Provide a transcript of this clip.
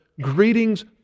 Greetings